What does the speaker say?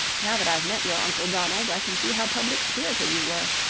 now that i've met your uncle donald i can see how public-spirited you were.